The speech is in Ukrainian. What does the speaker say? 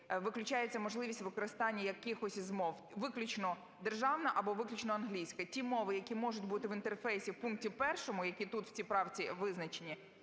виключається можливість використання якихось із мов, виключно державна або виключно англійська. Ті мови, які можуть бути в інтерфейсі в пункті 1, які тут, в цій правці, визначені,